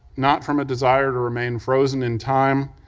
not from a desire to remain frozen in time,